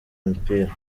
umupira